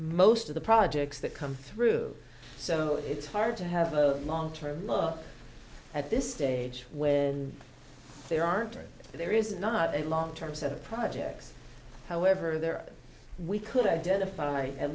most of the projects that come through so it's hard to have a long term look at this stage when there aren't or there is not a long term set of projects however there are we could identify at